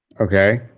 Okay